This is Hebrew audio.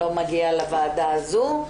לא מגיע לוועדה הזו.